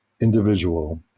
individual